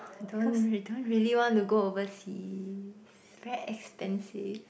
don't re~ don't really want to go overseas very expensive